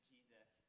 Jesus